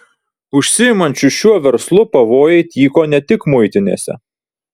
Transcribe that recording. užsiimančių šiuo verslu pavojai tyko ne tik muitinėse